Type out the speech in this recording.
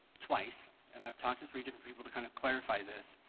twice and i've talked to three different people to kind of clarify this,